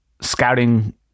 scouting